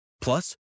Plus